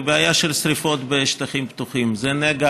הבעיה של שרפות בשטחים פתוחים היא נגע